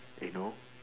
you know